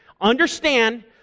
Understand